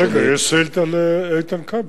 יש שאילתא לאיתן כבל.